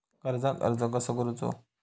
कर्जाक अर्ज कसो करूचो?